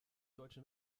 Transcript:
deutschen